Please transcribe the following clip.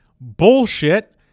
bullshit